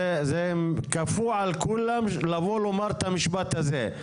כפו על כולם לבוא ולומר את המשפט הזה.